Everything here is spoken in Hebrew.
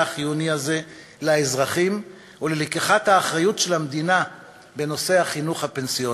החיוני הזה לאזרחים ואת לקיחת אחריות של המדינה בנושא החינוך הפנסיוני.